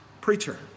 preacher